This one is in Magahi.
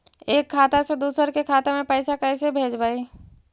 एक खाता से दुसर के खाता में पैसा कैसे भेजबइ?